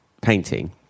painting